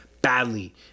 badly